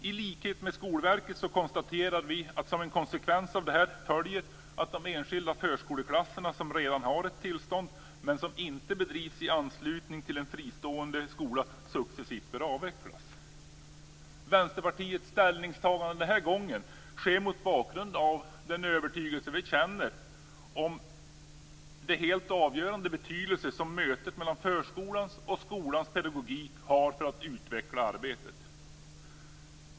I likhet med Skolverket konstaterar vi att som en konsekvens av detta följer att de enskilda förskoleklasser som redan har ett tillstånd, men som inte bedrivs i anslutning till en fristående skola, successivt bör avvecklas. Vänsterpartiets ställningstagande den här gången sker mot bakgrund av vår övertygelse om den helt avgörande betydelse som mötet mellan förskolans och skolans pedagogik har för att utveckla arbetet.